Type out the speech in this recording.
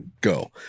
go